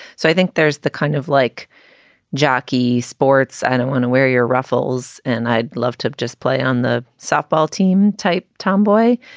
so i think there's the kind of like jackie sports i don't want to wear your ruffles and i'd love to just play on the softball team type tomboy.